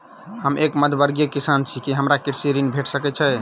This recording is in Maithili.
हम एक मध्यमवर्गीय किसान छी, की हमरा कृषि ऋण भेट सकय छई?